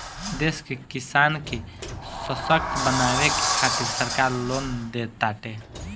देश के किसान के ससक्त बनावे के खातिरा सरकार लोन देताटे